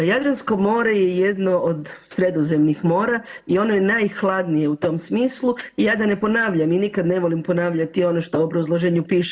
Jadransko more je jedno od sredozemnih mora i ono je najhladnije u tom smislu i ja da ne ponavljam i nikada ne volim ponavljati ono što u obrazloženju piše.